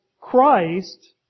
Christ